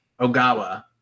ogawa